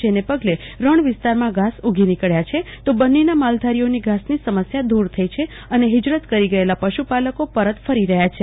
જેને પગલે રણ વિસ્તારમાં ઘાસ ઉગી નીકળ્યા છે તો બન્નીના માલધારીઓની ઘાસની સમસ્યા દૂર થઈ છે અને હિજરત કરી ગયેલા પશુપાલકો પરત ફરી રહ્યા છે